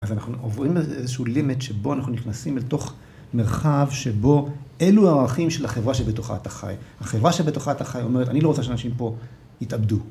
אז אנחנו עוברים איזשהו לימיט שבו אנחנו נכנסים לתוך מרחב שבו אלו הערכים של החברה שבתוכה אתה חי. החברה שבתוכה אתה חי אומרת אני לא רוצה שאנשים פה יתאבדו.